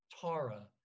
Tara